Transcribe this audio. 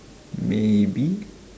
maybe